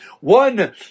one